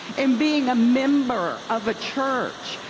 in being a member of a church.